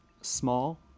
small